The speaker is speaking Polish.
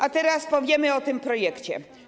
A teraz powiem o tym projekcie.